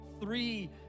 three